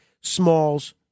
small's